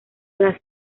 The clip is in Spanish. las